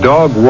Dog